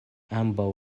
ambaŭ